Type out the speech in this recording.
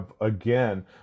again